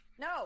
No